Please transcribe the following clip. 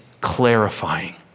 clarifying